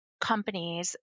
companies